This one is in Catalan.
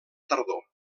tardor